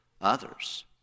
others